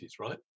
right